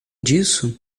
disso